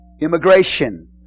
Immigration